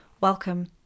Welcome